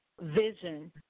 vision